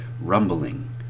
rumbling